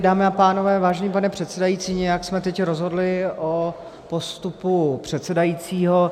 Dámy a pánové, vážený pane předsedající, nějak jsme teď rozhodli o postupu předsedajícího.